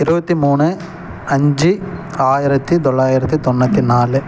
இருபத்தி மூணு அஞ்சு ஆயிரத்து தொள்ளாயிரத்து தொண்ணூற்றி நாலு